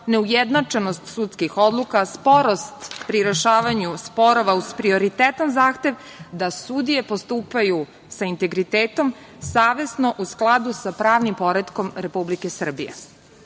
neujednačenost sudskih odluka, sporost pri rešavanju sporova uz prioritetan zahtev da sudije postupaju sa integritetom, savesno, u skladu sa pravnim poretkom Republike Srbije. Dakle,